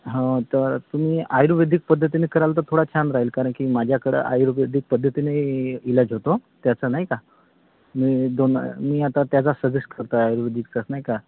हा तर तुम्ही आयुर्वेदिक पद्धतीने कराल तर थोडा छान राहील कारण की माझ्याकडं आयुर्वेदिक पद्धतीने इ इलाज होतो त्याचा नाही का मी दोन मी आता त्याचा सजेस करतो आयुर्वेदिकचाच नाही का